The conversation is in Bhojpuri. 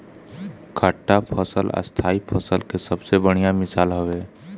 खट्टा फल स्थाई फसल के सबसे बढ़िया मिसाल हवे